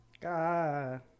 God